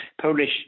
Polish